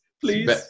please